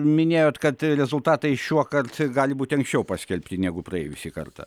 minėjot kad rezultatai šiuokart gali būti anksčiau paskelbti negu praėjusį kartą